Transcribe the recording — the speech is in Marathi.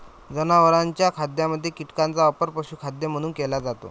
जनावरांच्या खाद्यामध्ये कीटकांचा वापर पशुखाद्य म्हणून केला जातो